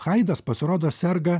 haidas pasirodo serga